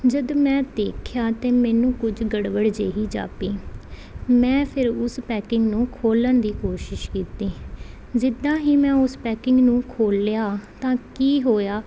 ਜਦੋਂ ਮੈਂ ਦੇਖਿਆ ਤਾਂ ਮੈਨੂੰ ਕੁਝ ਗੜਬੜ ਜਿਹੀ ਜਾਪੀ ਮੈਂ ਫਿਰ ਉਸ ਪੈਕਿੰਗ ਨੂੰ ਖੋਲ੍ਹਣ ਦੀ ਕੋਸ਼ਿਸ਼ ਕੀਤੀ ਜਿੱਦਾਂ ਹੀ ਮੈਂ ਉਸ ਪੈਕਿੰਗ ਨੂੰ ਖੋਲ੍ਹਿਆ ਤਾਂ ਕੀ ਹੋਇਆ